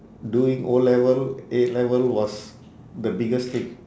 doing O level A level was the biggest thing